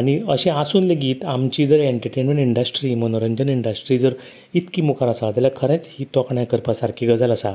आनी अशें आसून लेगीत आमची जर एटंटेनमेंट इंडस्ट्री मनोरंजन इंडस्ट्री जर इतकी मुखार आसा जाल्यार खरेंच ही तोखणाय करपा सारकी गजाल आसा